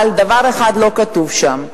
אבל דבר אחד לא כתוב שם,